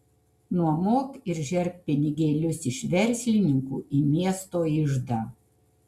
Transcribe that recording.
nuomok ir žerk pinigėlius iš verslininkų į miesto iždą